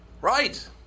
Right